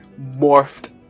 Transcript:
morphed